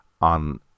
on